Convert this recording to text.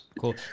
Cool